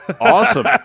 Awesome